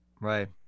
right